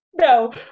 no